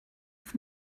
off